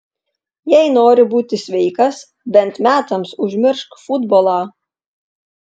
jei nori būti sveikas bent metams užmiršk futbolą